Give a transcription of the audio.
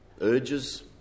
urges